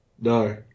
No